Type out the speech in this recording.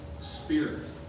Spirit